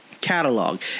catalog